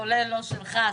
כולל שלך,